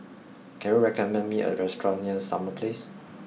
can you recommend me a restaurant near Summer Place